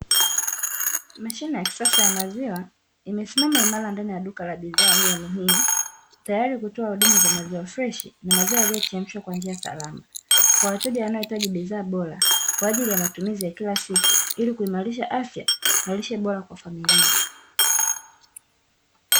Mashine ya kisasa ya maziwa imesimama imara ndani ya duka la bidhaa hiyo muhimu, tayari kutoa huduma za maziwa freshi, na maziwa yaliyochemshwa kwa njia salama. Kwa wateja wanaohitaji bidhaa bora kwa ajili ya matumizi ya kila siku kuimarisha afya na lishe bora kwa familia.